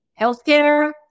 Healthcare